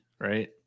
right